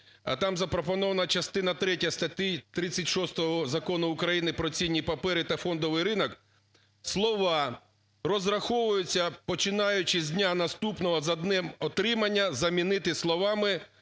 (там запропонована частина 3 статті 36 Закону України "Про цінні папери та фондовий ринок") слова "розраховуються починаючи з дня, наступного за днем отримання" замінити словами